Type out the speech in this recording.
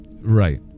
Right